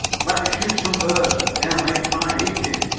let me shoot some birds they will make fine eating,